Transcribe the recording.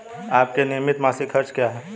आपके नियमित मासिक खर्च क्या हैं?